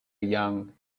young